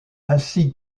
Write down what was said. ainsi